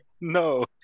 no